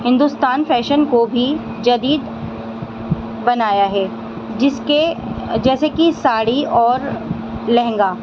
Hindustan fashion کو بھی جدید بنایا ہے جس کے جیسے کہ ساڑھی اور لہنگا